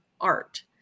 art